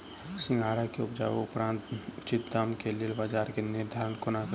सिंघाड़ा केँ उपजक उपरांत उचित दाम केँ लेल बजार केँ निर्धारण कोना कड़ी?